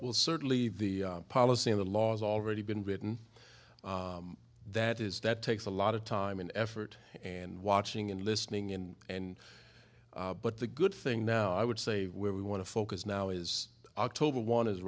will certainly the policy in the laws already been written that is that takes a lot of time and effort and watching and listening in and but the good thing now i would say where we want to focus now is october one is